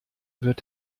wird